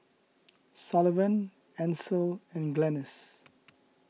Sullivan Ancil and Glennis